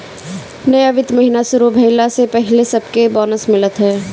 नया वित्तीय महिना शुरू भईला से पहिले सबके बोनस मिलत हवे